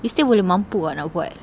this thing boleh mampus ah nak buat